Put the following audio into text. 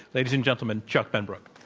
ladies and gentlemen, chuck benbrook.